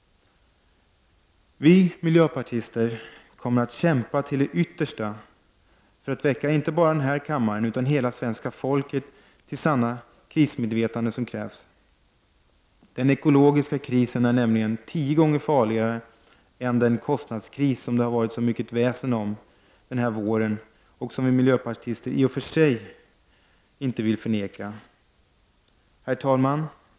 Vi miljöpartister kommer att kämpa till det yttersta för att väcka inte bara den här kammaren utan hela svenska folket till det sanna krismedvetande som krävs. Den ekologiska krisen är nämligen tio gånger farligare än den kostnadskris som det har varit så mycket väsen om under våren och som vi miljöpartister i och för sig inte vill förneka. Herr talman!